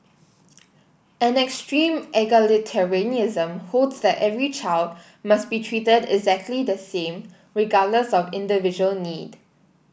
an extreme egalitarianism holds that every child must be treated exactly the same regardless of individual need